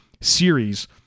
series